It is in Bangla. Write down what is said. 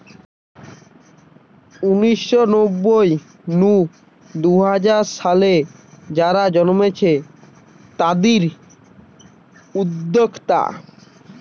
উনিশ শ নব্বই নু দুই হাজার সালে যারা জন্মেছে তাদির উদ্যোক্তা